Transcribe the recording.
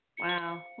wow